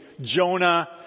Jonah